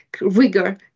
rigor